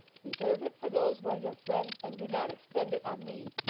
reserve it for those who are your friends, and do not expend it on me.